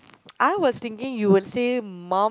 I was thinking you will say mum